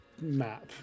map